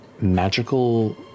magical